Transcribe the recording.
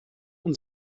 und